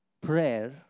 prayer